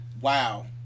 Wow